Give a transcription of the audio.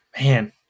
Man